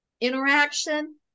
interaction